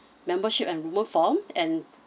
membership enrolment form and